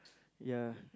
ya